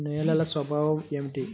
నేలల స్వభావం ఏమిటీ?